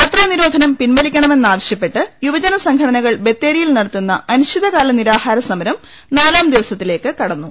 യാത്രാ നിരോധനം പിൻവലിക്കണമെന്നാവശ്യപ്പെട്ട് യുവജന സംഘടനകൾ ബത്തേരിയിൽ നടത്തുന്ന അനിശ്ചിതകാല നിരഹാര സമരം നാലാം ദിവസത്തിലേക്ക് കടന്നു